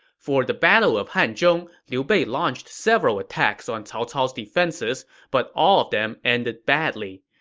for the battle of hanzhong, liu bei launched several attacks on cao cao's defenses, but all of them ended badly.